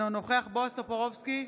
אינו נוכח בועז טופורובסקי,